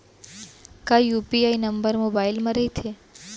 का UPI number mobile म रहिथे?